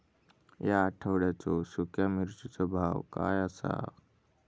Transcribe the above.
या आठवड्याचो सुख्या मिर्चीचो भाव काय आसा?